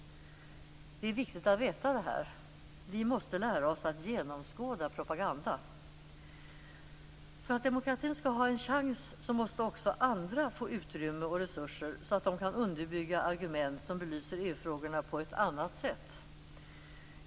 Det är viktigt att veta detta. Vi måste lära oss att genomskåda propagandan. För att demokratin skall ha en chans måste också andra få utrymme och resurser, så att de kan underbygga argument som belyser EU-frågorna på ett annat sätt.